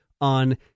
on